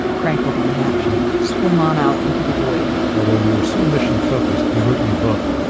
crank open the hatch and swim on out into the void. although you were so mission focused, you wrote in your book,